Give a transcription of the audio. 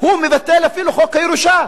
הוא מבטל אפילו את חוק הירושה.